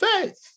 faith